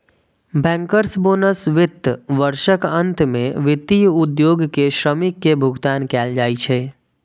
bankers bonus वित्त वर्षक अंत मे वित्तीय उद्योग के श्रमिक कें भुगतान कैल जाइ छै